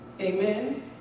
Amen